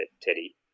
Teddy